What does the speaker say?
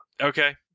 Okay